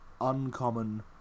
uncommon